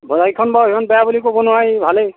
বজাৰকেইখন বাৰু ইমান বেয়া বুলি ক'ব নোৱাৰি ভালেই